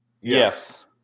Yes